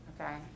Okay